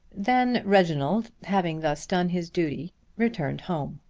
then reginald having thus done his duty returned home.